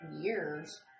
years